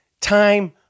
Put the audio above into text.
time